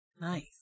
Nice